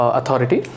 authority